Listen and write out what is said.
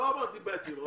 לא אמרתי בעייתיים.